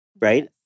Right